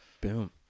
Boom